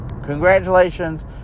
Congratulations